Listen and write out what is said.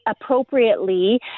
appropriately